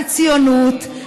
על ציונות,